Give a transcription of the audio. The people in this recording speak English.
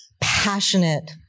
passionate